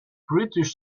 british